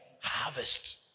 harvest